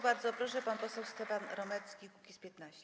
Bardzo proszę, pan poseł Stefan Romecki, Kukiz’15.